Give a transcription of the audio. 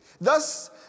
Thus